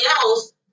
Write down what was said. else